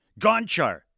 Gonchar